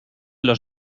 los